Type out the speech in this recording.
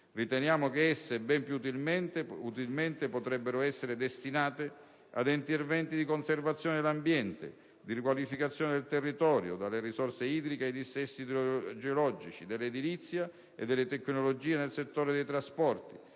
Riteniamo che tali risorse ben più utilmente potrebbero essere destinate ad interventi di conservazione dell'ambiente, di riqualificazione del territorio (dalle risorse idriche ai dissesti idrogeologici), dell'edilizia e delle tecnologie nel settore dei trasporti,